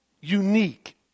unique